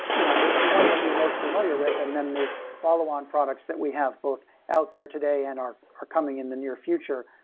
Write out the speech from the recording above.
you know the the one that you're most familiar with, and then the follow on products that we have both out there today and are are coming in the near future,